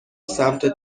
سمت